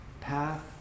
Path